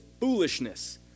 foolishness